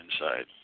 inside